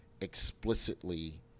explicitly